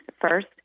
First